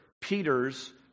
Peter's